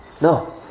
No